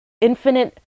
infinite